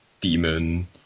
demon